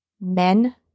men